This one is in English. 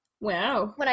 Wow